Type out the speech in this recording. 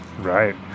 Right